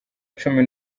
cumi